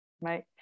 Right